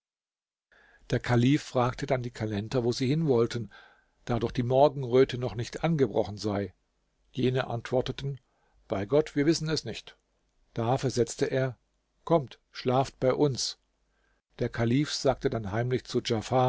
der kalif fragte dann die kalender wo sie hin wollten da doch die morgenröte noch nicht angebrochen sei jene antworteten bei gott wir wissen es nicht da versetzte er kommt schlaft bei uns der kalif sagte dann heimlich zu